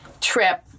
trip